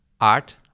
art